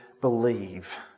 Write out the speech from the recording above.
believe